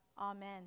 Amen